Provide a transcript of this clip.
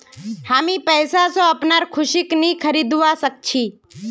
हामी पैसा स अपनार खुशीक नइ खरीदवा सख छि